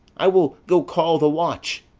i will go call the watch.